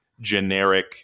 generic